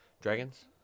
Dragons